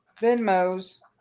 Venmo's